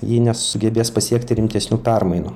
ji nesugebės pasiekti rimtesnių permainų